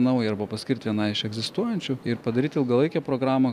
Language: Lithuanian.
naują arba paskirt vienai iš egzistuojančių ir padaryt ilgalaikę programą